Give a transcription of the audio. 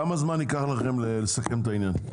כמה זמן ייקח לכם לסכם את העניין?